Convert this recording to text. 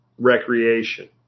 Recreation